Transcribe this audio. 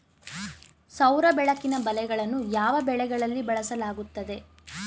ಸೌರ ಬೆಳಕಿನ ಬಲೆಗಳನ್ನು ಯಾವ ಬೆಳೆಗಳಲ್ಲಿ ಬಳಸಲಾಗುತ್ತದೆ?